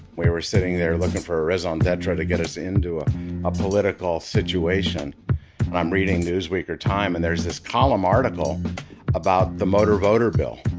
we were sitting there looking for a raison d'etre to get us into ah a political situation. and i'm reading newsweek, or time and there's this column article about the motor voter bill.